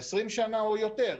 ב-20 שנים או יותר,